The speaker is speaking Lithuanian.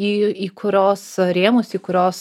į į kurios rėmus į kurios